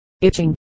itching